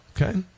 Okay